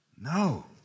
No